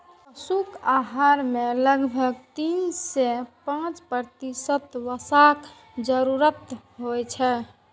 पशुक आहार मे लगभग तीन सं पांच प्रतिशत वसाक जरूरत होइ छै